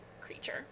creature